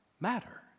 matter